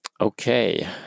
okay